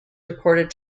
recorded